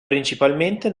principalmente